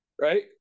Right